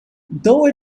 though